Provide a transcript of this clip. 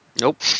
Nope